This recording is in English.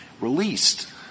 released